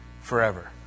forever